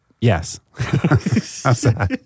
Yes